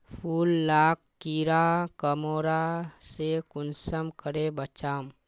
फूल लाक कीड़ा मकोड़ा से कुंसम करे बचाम?